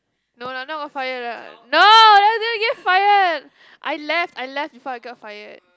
no lah no got fired lah no I didn't get fired I left I left before I got fired